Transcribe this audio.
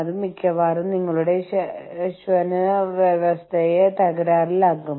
അത് ഞാൻ നിങ്ങളെ പരിചയപ്പെടുത്താൻ ആഗ്രഹിക്കുന്നു